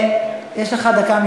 יש לך דקה.